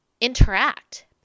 interact